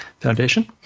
foundation